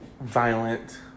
violent